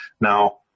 Now